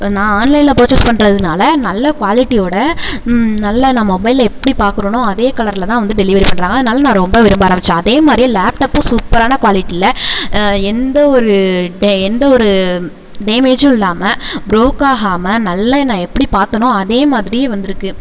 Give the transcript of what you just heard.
நான் ஆன்லைன்ல பபர்ச்சேஸ் பண்ணுறதுனால நல்ல குவாலிட்டியோட நல்ல நான் மொபைலை எப்படி பார்க்குறனோ அதே கலர்லதான் வந்து டெலிவரி பண்ணுறாங்க அதனால நான் ரொம்ப விரும்ப ஆரம்பிச்சேன் அதே மாதிரியே லேப்டப்பும் சூப்பரான குவாலிட்டியில எந்த ஒரு டே எந்த ஒரு டேமேஜும் இல்லாமல் ப்ரோக் ஆகாமல் நல்லா நான் எப்படி பார்த்தனோ அதே மாதிரியே வந்திருக்கு